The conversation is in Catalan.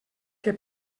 que